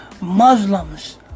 Muslims